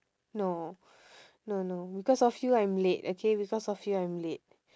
no no no because of you I'm late okay because of you I'm late